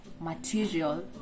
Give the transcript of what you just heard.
material